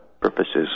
purposes